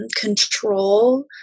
control